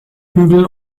hügel